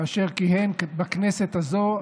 כאשר כיהן בכנסת הזו,